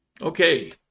okay